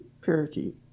purity